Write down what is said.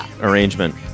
arrangement